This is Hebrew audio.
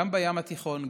גם בים התיכון,